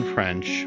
French